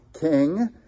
king